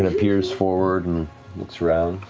and peers forward and looks around,